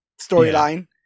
storyline